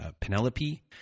Penelope